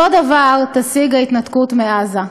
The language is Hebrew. אותו דבר תשיג ההתנתקות מעזה.